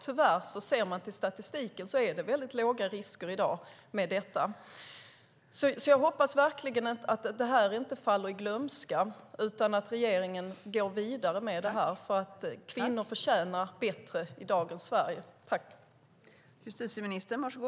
Tyvärr ser vi i statistiken att risken är väldigt liten i dag. Jag hoppas verkligen att det här inte faller i glömska utan att regeringen går vidare, för kvinnor förtjänar bättre i dagens Sverige.